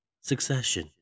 Succession